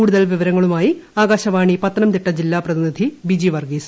കൂടുതൽ വിവരങ്ങളുമായി ആകാശവാണി പത്തനംതിട്ട പ്രതിനിധി ബിജി വർഗ്ഗീസ്